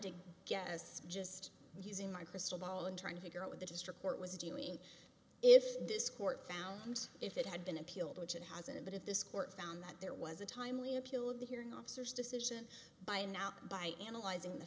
to guess just using my crystal ball and trying to figure out what the district court was doing if this court found if it had been appealed which it hasn't but if this court found that there was a timely appeal of the hearing officers decision by now by analyzing the